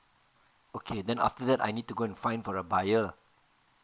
okay then after that I need to go and find for a buyer lah